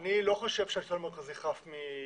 אני לא חושב שהשלטון המרכזי חף מטעויות,